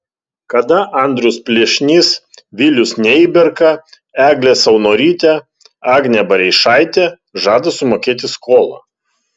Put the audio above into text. kada andrius plėšnys vilius neiberka eglė saunorytė agnė bareišaitė žada sumokėti skolą